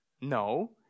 no